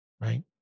right